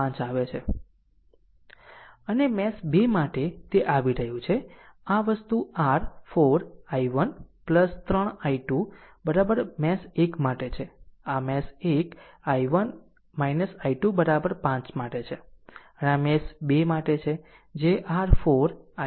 અને મેશ 2 માટે તે આવી રહ્યું છે r આ વસ્તુ r 4 i1 3 i2 આ મેશ 1 માટે છે આ મેશ 1 i1 i1 i2 5 માટે છે